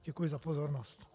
Děkuji za pozornost.